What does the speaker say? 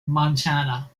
montana